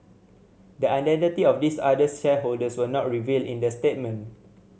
the identity of these other shareholders were not revealed in the statement